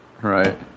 Right